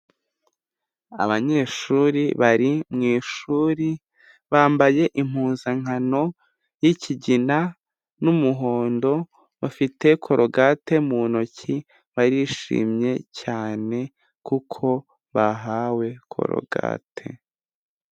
Abanyeshuri bari mu ishuri bambaye impuzankano y'ikigina n'umuhondo bafite korogate mu ntoki barishimye cyane kuko bahawe korogate.